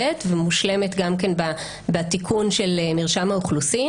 ומושלמת גם כן בתיקון של מרשם האוכלוסין.